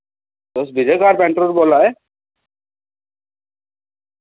तुस विजय कारपैंटर होर बोल्ला दे